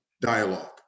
dialogue